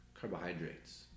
carbohydrates